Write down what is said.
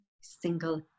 single